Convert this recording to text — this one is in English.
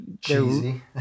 Cheesy